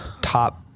top